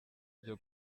byo